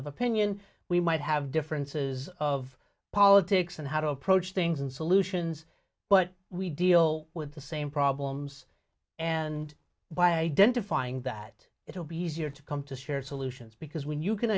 of opinion we might have differences of politics and how to approach things and solutions but we deal with the same problems and by identifying that it will be easier to come to share solutions because when you can